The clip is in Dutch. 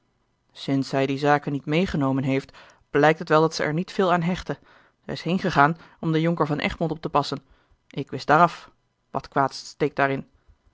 sinds zij die zaken niet meê genomen heeft blijkt het wel dat zij er niet veel aan hechtte zij is heengegaan om den jonker van egmond op te passen ik wist daaraf wat kwaads steekt daarin